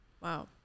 Wow